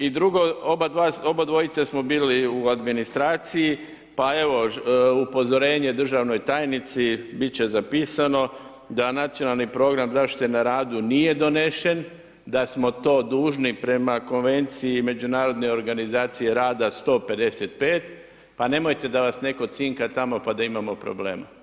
I drugo, oba dvojica smo bili u administraciji, pa evo, upozorenje državnoj tajnici, biti će zapisano, da nacionalni program zaštite na radu, nije donesen, da smo to dužni prema konvenciji međunarodne organizacije rada 155, pa nemojte da vas netko cinka tamo pa da imamo problema.